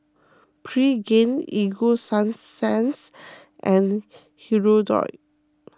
Pregain Ego Sunsense and Hirudoid